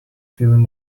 feeling